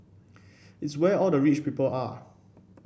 it's where all the rich people are